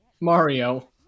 Mario